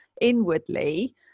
inwardly